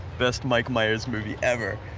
best mike myers movie ever!